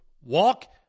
walk